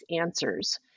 answers